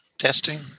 Testing